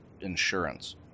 insurance